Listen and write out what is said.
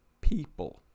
people